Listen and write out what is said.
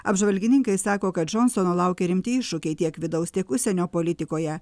apžvalgininkai sako kad džonsono laukia rimti iššūkiai tiek vidaus tiek užsienio politikoje